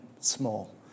small